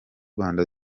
rwanda